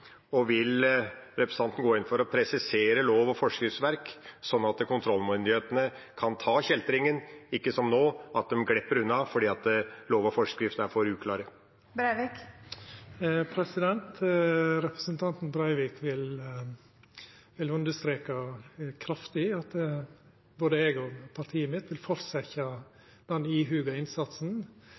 og vil representanten gå inn for å presisere lov- og forskriftsverk, slik at kontrollmyndighetene kan ta kjeltringene, så de ikke, som nå, glipper unna fordi lov og forskrift er for uklare? Representanten Breivik vil understreka kraftig at både eg og partiet mitt vil fortsetja den ihuga innsatsen